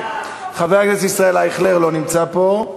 חבר הכנסת ישראל אייכלר, לא נמצא פה.